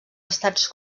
estats